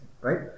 right